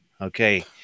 Okay